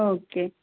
okay